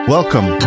Welcome